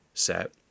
set